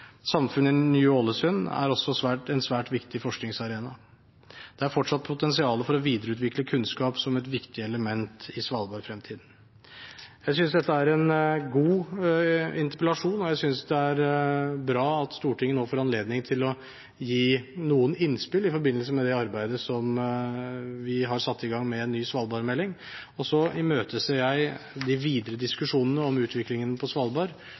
Samfunnet i Ny-Ålesund er også en svært viktig forskningsarena. Det er fortsatt potensial for å videreutvikle kunnskap som et viktig element i svalbardfremtiden. Jeg synes dette er en god interpellasjon. Jeg synes det er bra at Stortinget nå får anledning til å gi noen innspill i forbindelse med det arbeidet som vi har satt i gang med en ny svalbardmelding. Jeg imøteser de videre diskusjonene om utviklingen på Svalbard